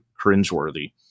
cringeworthy